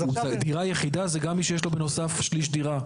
דירה יחידה זה גם מי שיש לו בנוסף שליש דירה.